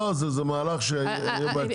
לא, זה מהלך שיהיה בעייתי.